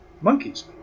Monkeys